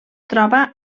troba